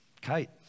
Kate